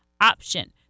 option